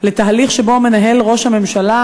לתהליך שבו ראש הממשלה